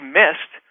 missed